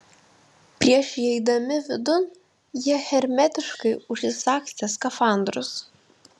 prieš įeidami vidun jie hermetiškai užsisagstė skafandrus